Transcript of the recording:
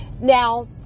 Now